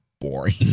boring